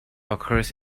occurs